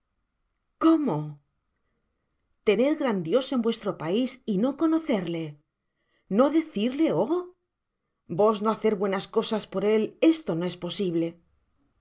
cómo tener gran dios en vuestro pais y no conocer le no decirle o jvos no hacer buenas cosas por él esto no es posible